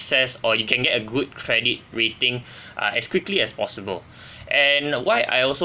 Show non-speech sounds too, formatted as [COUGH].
access or you can get a good credit rating uh as quickly as possible [BREATH] and why I also